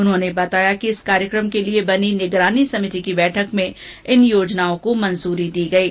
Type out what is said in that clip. उन्होंने बताया कि इस कार्यक्रम के लिए बनी निगरानी समिति की बैठक में इन योजनाओं को मंजूरी दे दी गयी है